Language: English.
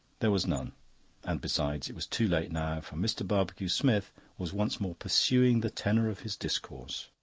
there was none and besides, it was too late now, for mr. barbecue-smith was once more pursuing the tenor of his discourse.